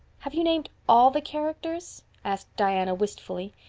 have you named all the characters? asked diana wistfully.